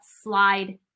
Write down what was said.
Slide